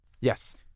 Yes